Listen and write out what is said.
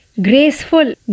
Graceful